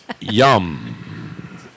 Yum